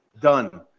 done